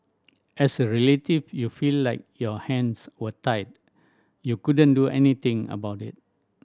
and as a relative you feel like your hands were tied you couldn't do anything about it